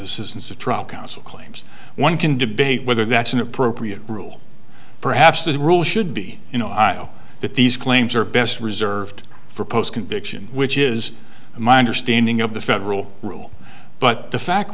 assistance of trial counsel claims one can debate whether that's an appropriate rule perhaps the rule should be you know i know that these claims are best reserved for post conviction which is my understanding of the federal rule but the fact